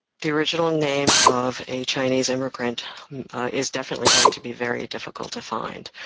the original name of a chinese immigrant is definitely going to be very difficult to find.